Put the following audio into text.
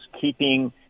keeping